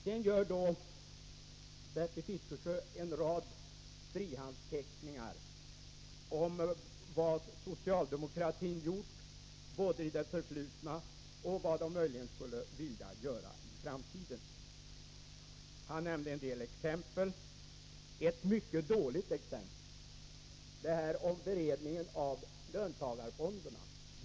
Sedan gör Bertil Fiskesjö en rad frihandsteckningar om vad socialdemokratin gjort i det förflutna och vad den möjligen skulle vilja göra i framtiden. Han nämnde en del exempel. Ett exempel var mycket dåligt, nämligen beredningen av förslaget om löntagarfonder.